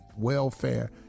welfare